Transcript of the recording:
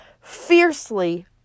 fiercely